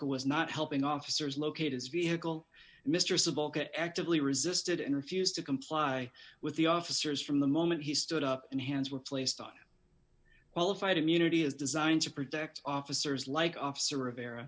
was not helping officers locate his vehicle mr sibal get actively resisted and refused to comply with the officers from the moment he stood up and hands were placed on qualified immunity is designed to protect officers like officer